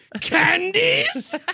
Candies